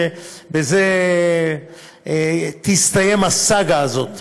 שבזה תסתיים הסאגה הזאת,